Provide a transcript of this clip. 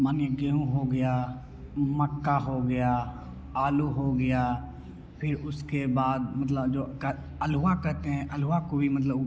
मानिए गेहूँ हो गया मक्का हो गया आलू हो गया फिर उसके बाद मतलब जो क अल्हुआ कहते हैं अल्हुआ को भी मतलब उप